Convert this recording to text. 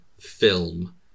film